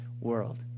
world